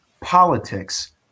politics